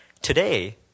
Today